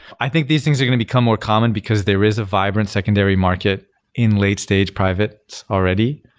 i think these things are going to become more common, because there is a vibrant secondary market in late stage privates already,